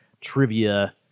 trivia